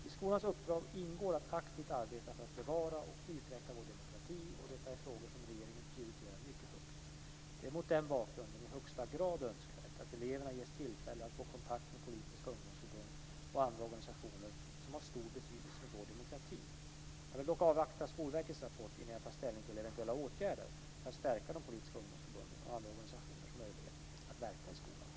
I skolans uppdrag ingår att aktivt arbeta för att bevara och utveckla vår demokrati, och detta är frågor som regeringen prioriterar mycket högt. Det är mot den bakgrunden i högsta grad önskvärt att eleverna ges tillfälle att få kontakt med politiska ungdomsförbund och andra organisationer som har stor betydelse för vår demokrati. Jag vill dock avvakta Skolverkets rapport innan jag tar ställning till eventuella åtgärder för att stärka de politiska ungdomsförbunden och andra organisationers möjligheter att verka i skolan.